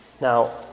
Now